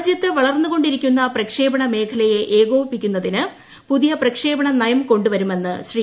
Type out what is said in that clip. രാജ്യത്ത് വളർന്നു കൊണ്ടിരിക്കുന്ന പ്രക്ഷേപണ മേഖലയെ ഏകോപിപ്പിക്കുന്നതിന് പുതിയ പ്രക്ഷേപണ നയം കൊണ്ടുവരുമെന്ന് ശ്രീ